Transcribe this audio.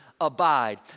abide